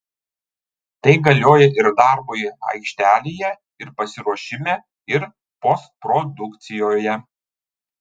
tai galioja ir darbui aikštelėje ir pasiruošime ir postprodukcijoje